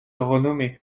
renommé